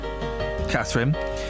Catherine